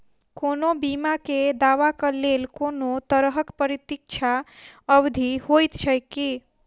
कोनो बीमा केँ दावाक लेल कोनों तरहक प्रतीक्षा अवधि होइत छैक की?